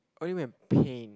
what do you mean by pain